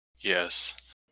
Yes